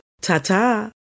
Ta-ta